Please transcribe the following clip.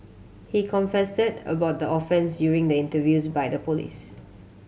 he confessed about the offence during the interviews by the police